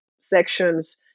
sections